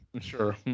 Sure